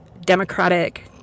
Democratic